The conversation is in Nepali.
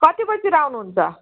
कति बजीतिर आउनुहुन्छ